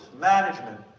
management